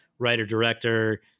writer-director